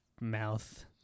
mouth